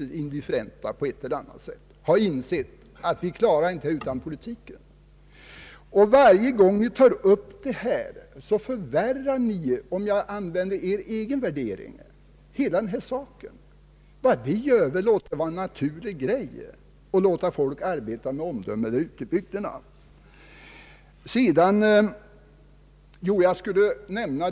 indifferenta på ett eller annat sätt har insett att vi klarar det inte utan politiken. Varje gång vi tar upp denna fråga här förvärrar ni, om jag använder edra egna värderingar, hela denna sak. Låt det vara naturligt att folk får arbeta med omdöme ute i bygderna!